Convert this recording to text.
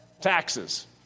Taxes